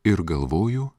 ir galvoju